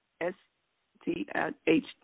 S-T-H